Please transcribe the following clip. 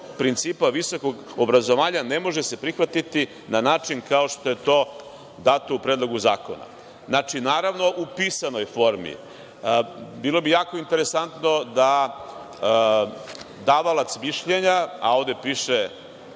principa visokog obrazovanja ne može se prihvatiti na način kao što je to dato u Predlogu zakona. Znači, naravno u pisanoj formi. Bilo bi jako interesantno da davalac mišljenja, a ovde piše